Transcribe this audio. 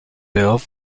bill